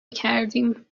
کردیم